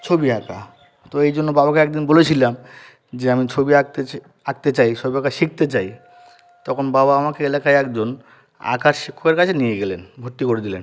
ছবি আঁকা তো এই জন্য বাবাকে এক দিন বলেছিলাম যে আমি ছবি আঁকতে চা আঁকতে চাই ছবি আঁকা শিখতে চাই তখন বাবা আমাকে এলাকায় একজন আঁকার শিক্ষকের কাছে নিয়ে গেলেন ভর্তি করেদিলেন